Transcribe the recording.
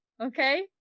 okay